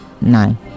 nine